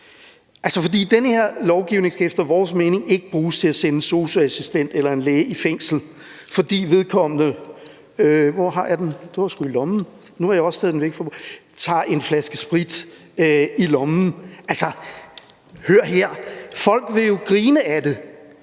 er i orden. Den her lovgivning skal efter vores mening ikke bruges til at sende en sosu-assistent eller en læge i fængsel, fordi vedkommende tager en flaske sprit i lommen. (Søren Søndergaard kigger søgende